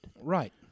Right